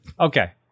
okay